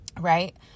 right